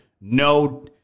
No